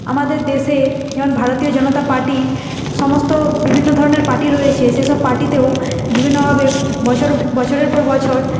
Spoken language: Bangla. আমাদের দেশে ভারতীয় জনতা পার্টি সমস্ত বিভিন্ন ধরনের পার্টি রয়েছে সে সব পার্টিতেও বিভিন্নভাবে বছর বছরের পর বছর